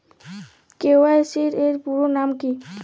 KYC এর পুরোনাম কী?